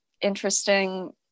interesting